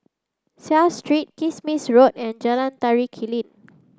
Seah Street Kismis Road and Jalan Tari Clean